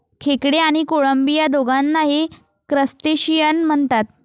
खेकडे आणि कोळंबी या दोघांनाही क्रस्टेशियन म्हणतात